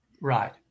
Right